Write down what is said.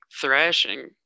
thrashing